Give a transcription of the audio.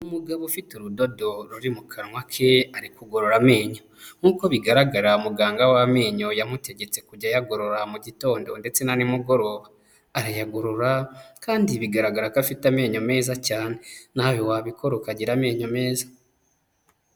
Umugabo ufite urudodo ruri mu kanwa ke ari kugorora amenyo. Nkuko bigaragara muganga w'amenyo yamutegetse kujya ayagorora mu gitondo ndetse na nimugoroba. Arayagorora kandi bigaragara ko afite amenyo meza cyane. Nawe wabikora ukagira amenyo meza.